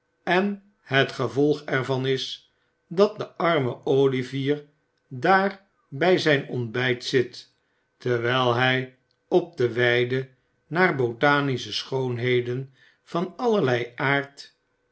en het gevolg er van is dat de arme olivier daar bij zijn ontbijt zit terwijl hij op de weide naar botanische schoonheden van allerlei aard